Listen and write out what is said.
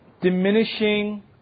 diminishing